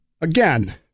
again